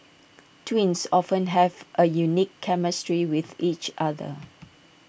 twins often have A unique chemistry with each other